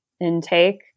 intake